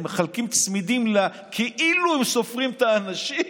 מחלקים צמידים כאילו הם סופרים את האנשים.